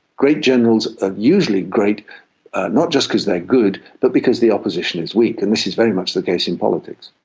great generals are usually great not just because they are good but because the opposition is weak, and this is very much the case in politics.